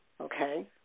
okay